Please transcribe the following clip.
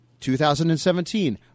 2017